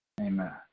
Amen